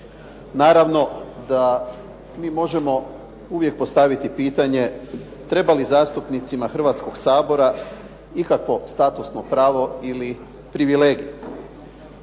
Naravno da mi možemo uvijek postaviti pitanje treba li zastupnicima Hrvatskoga sabora ikakvo statusno pravo ili privilegija.